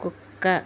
కుక్క